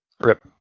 Rip